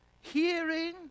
hearing